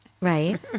Right